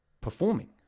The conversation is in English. performing